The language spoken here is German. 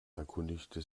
erkundigte